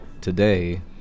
Today